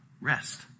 Rest